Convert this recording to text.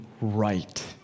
right